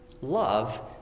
Love